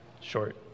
short